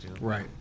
Right